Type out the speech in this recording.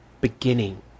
beginning